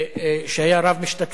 שהיה רב-משתתפים,